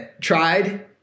tried